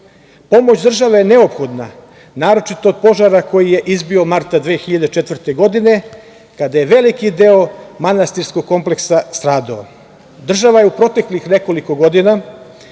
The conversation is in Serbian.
Pomoć države je neophodna, naročito od požara koji je izbio marta 2004. godine, kada je veliki deo manastirskog kompleksa stradao. Država je u proteklih nekoliko godina